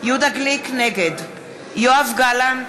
נגד יואב גלנט,